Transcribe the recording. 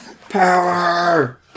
Power